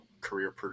career